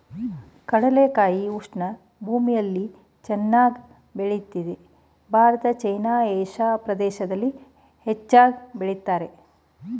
ಕಡಲೆಕಾಯಿ ಉಷ್ಣ ಭೂಮಿಲಿ ಚೆನ್ನಾಗ್ ಬೆಳಿತದೆ ಭಾರತ ಚೈನಾ ಏಷಿಯಾ ಪ್ರದೇಶ್ದಲ್ಲಿ ಹೆಚ್ಚಾಗ್ ಬೆಳಿತಾರೆ